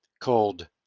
called